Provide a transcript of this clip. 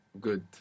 Good